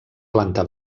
planta